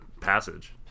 passage